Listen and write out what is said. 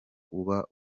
ubu